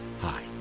Hi